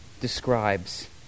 describes